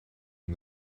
and